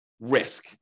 risk